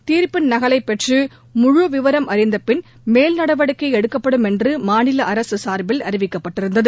தீர்ப்பின் நகலை பெற்று முழு விவரம் அழிந்த பின் மேல் நடவடிக்கை எடுக்கப்படும் என்று மாநில அரசு சார்பில் அறிவிக்கப்பட்டிருந்தது